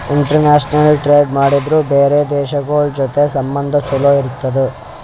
international trade ಮಾಡುರ್ ಬ್ಯಾರೆ ದೇಶಗೋಳ್ ಜೊತಿ ಸಂಬಂಧ ಛಲೋ ಇರ್ತುದ್